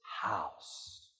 house